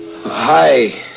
Hi